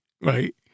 right